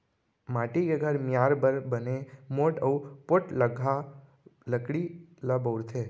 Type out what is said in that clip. माटी के घर मियार बर बने मोठ अउ पोठलगहा लकड़ी ल बउरथे